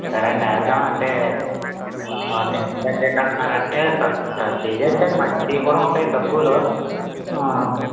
సరే అండి వేద్దామంటే ఓకే బడ్జెట్ అంటున్నారు అంటే తక్కువ వేస్తే మంచిగ కూడా ఉంటాయి తక్కువలో